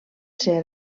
ser